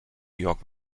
georg